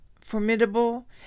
formidable